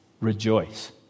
rejoice